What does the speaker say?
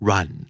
Run